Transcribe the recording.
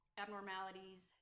Abnormalities